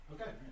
Okay